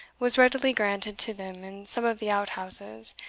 was readily granted to them in some of the out-houses,